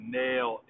nail